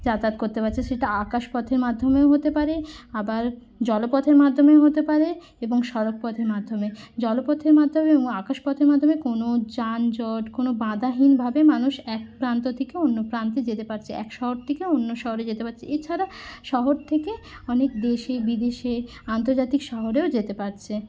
যাতায়াত করতে পাচ্ছে সেটা আকাশ পথের মাধ্যমেও হতে পারে আবার জলপথের মাধ্যমেও হতে পারে এবং সড়ক পথের মাধ্যমে জলপথের মাধ্যমে ও আকাশ পথের মাধ্যমে কোনো যানজট কোনো বাঁধাহীনভাবে মানুষ এক প্রান্ত থেকে অন্য প্রান্তে যেতে পারছে এক শহর থেকে অন্য শহরে যেতে পাচ্ছে এছাড়া শহর থেকে অনেক দেশে বিদেশে আন্তর্জাতিক শহরেও যাতে পারছে